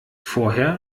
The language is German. vorher